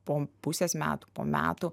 po pusės metų po metų